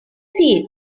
see